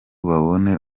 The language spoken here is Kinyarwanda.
babone